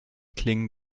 klingen